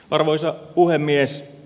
arvoisa puhemies